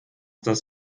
das